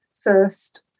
first